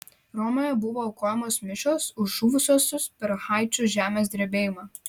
romoje buvo aukojamos mišios už žuvusiuosius per haičio žemės drebėjimą